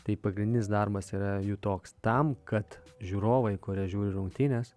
tai pagrindinis darbas yra jų toks tam kad žiūrovai kurie žiūri rungtynes